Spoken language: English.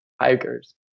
hikers